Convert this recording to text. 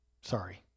Sorry